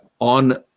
on